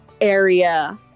area